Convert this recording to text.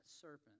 serpent